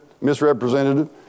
misrepresented